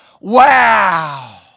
Wow